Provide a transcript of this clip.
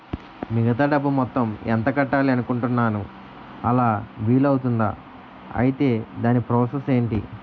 మిగతా డబ్బు మొత్తం ఎంత కట్టాలి అనుకుంటున్నాను అలా వీలు అవ్తుంధా? ఐటీ దాని ప్రాసెస్ ఎంటి?